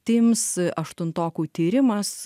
tims aštuntokų tyrimas